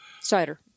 Cider